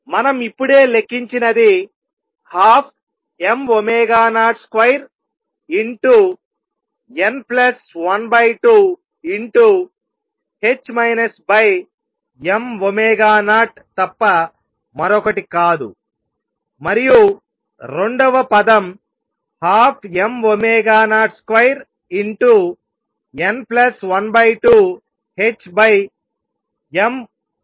మనం ఇప్పుడే లెక్కించినది 12m02n12 m0 తప్ప మరొకటి కాదు మరియు రెండవ పదం 12mω02n12 ℏm0